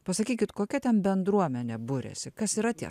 pasakykit kokia ten bendruomenė buriasi kas yra tie